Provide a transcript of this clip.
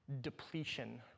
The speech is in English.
depletion